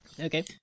Okay